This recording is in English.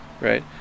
right